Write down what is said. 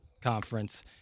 conference